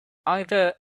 either